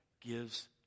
gives